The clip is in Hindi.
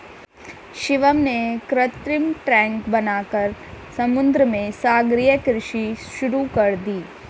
शिवम ने कृत्रिम टैंक बनाकर समुद्र में सागरीय कृषि शुरू कर दी